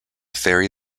ferry